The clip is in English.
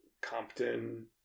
Compton